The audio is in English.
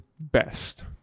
best